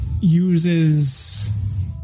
uses